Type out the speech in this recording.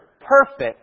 perfect